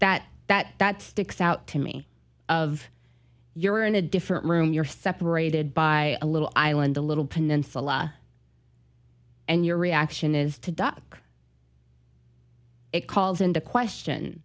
that that that sticks out to me of you're in a different room you're separated by a little island a little peninsula and your reaction is to duck it calls into question